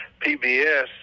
PBS